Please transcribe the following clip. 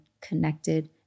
connected